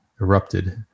erupted